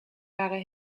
waren